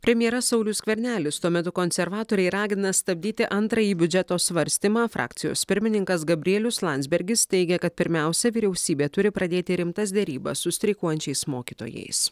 premjeras saulius skvernelis tuo metu konservatoriai ragina stabdyti antrąjį biudžeto svarstymą frakcijos pirmininkas gabrielius landsbergis teigia kad pirmiausia vyriausybė turi pradėti rimtas derybas su streikuojančiais mokytojais